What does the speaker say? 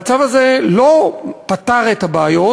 והצו הזה לא פתר את הבעיות,